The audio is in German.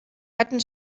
hatten